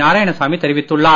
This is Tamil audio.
நாராயணசாமி தெரிவித்துள்ளார்